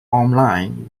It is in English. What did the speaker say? online